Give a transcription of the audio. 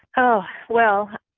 oh, well,